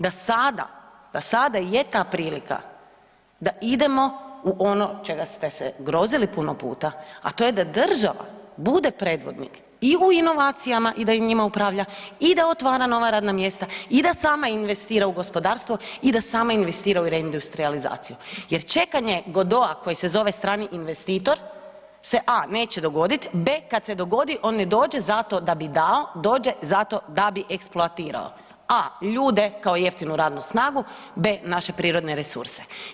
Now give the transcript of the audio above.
Da sada, da sada je ta prilika da idemo u ono čega ste se grozili puno puta, a to je da država bude predvodnik i u inovacijama i da njima upravlja i da otvara nova radna mjesta i da sam investira u gospodarstvo i da sama investira u reindustrijalizaciju jer čekanje Godota koji se zove strani investitor se a) neće dogoditi, b) kad se dogodi on ne dođe zato da bi dao, dođe zato da bi eksploatirao, a) ljude kao jeftinu radnu snagu, b) naše prirodne resurse.